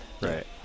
Right